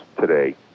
today